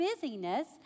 busyness